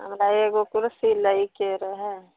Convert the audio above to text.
हमरा एगो कुरसी लैके रहै